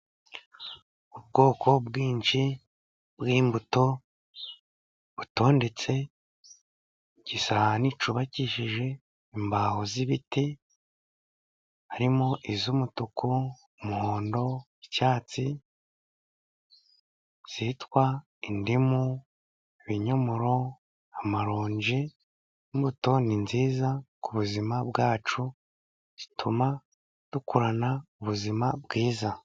Ubwoko bwinshi bw'imbuto, butondetse ku gisahani cyubakishije imbaho z'ibiti. Harimo iz'umutuku, umuhondo, icyatsi zitwa indimu, ibinyomoro, amaronji. Imbuto ni nziza k'ubuzima bwacu zituma dukurana ubuzima bwiza.